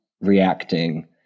reacting